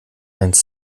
heinz